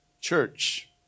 Church